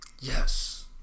yes